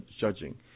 judging